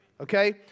Okay